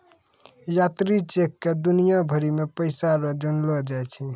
यात्री चेक क दुनिया भरी मे पैसा रो जानलो जाय छै